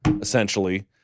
essentially